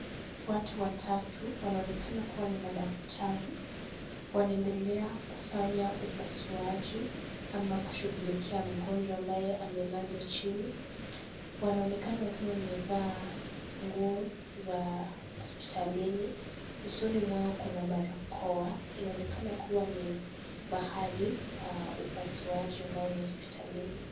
Watu watatu wanaonekana kuwa ni madaktari, wanaendelea kufanya upasuaji ama kushughulikia mgonjwa ambaye amelazwa chini. Wanaonekana wakiwa wamevaa nguo za hospitalini. Usoni mwao kuna barakoa. Inaonekana kuwa ni mahali pa upasuaji ambao ni hospitalini.